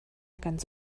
ganz